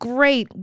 Great